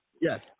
Yes